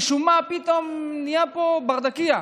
משום מה, פתאום נהיה פה ברדקייה.